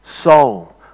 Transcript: soul